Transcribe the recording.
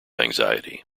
anxiety